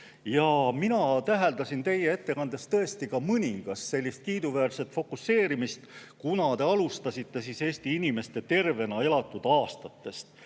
Ja mina täheldasin teie ettekandes tõesti ka mõningast sellist kiiduväärset fokuseerimist, kuna te alustasite Eesti inimeste tervena elatud aastatest.